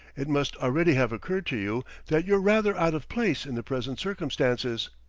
it must already have occurred to you that you're rather out of place in the present circumstances.